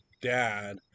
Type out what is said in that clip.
dad